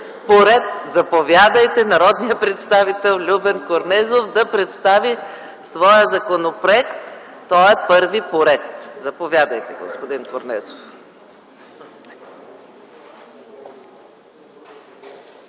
Има думата народният представител Любен Корнезов да представи своя законопроект, който е първи по ред. Заповядайте, господин Корнезов.